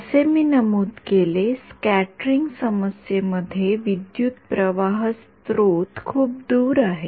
जसे मी नमूद केले स्क्याटेरिंग समस्ये मध्ये विद्युतप्रवाह स्त्रोत खूप दूर आहे